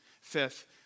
Fifth